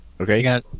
Okay